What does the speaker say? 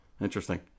Interesting